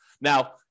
Now